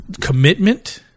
commitment